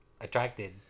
attracted